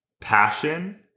passion